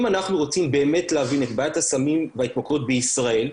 אם אנחנו רוצים באמת להבין את בעיית הסמים וההתמכרות בישראל,